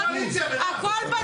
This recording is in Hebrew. הכול בדוק.